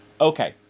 Okay